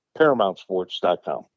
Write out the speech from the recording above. ParamountSports.com